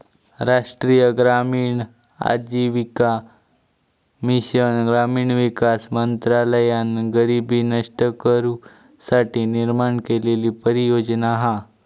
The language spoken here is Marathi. राष्ट्रीय ग्रामीण आजीविका मिशन ग्रामीण विकास मंत्रालयान गरीबी नष्ट करू साठी निर्माण केलेली परियोजना हा